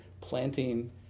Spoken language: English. planting